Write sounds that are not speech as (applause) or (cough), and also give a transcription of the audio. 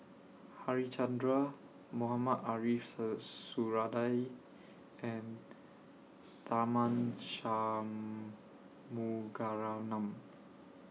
Harichandra Mohamed Ariff (unintelligible) Suradi and Tharman Shanmugaratnam